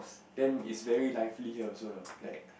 then it's very lively here also you know like